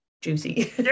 juicy